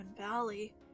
Valley